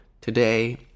today